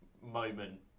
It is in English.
moment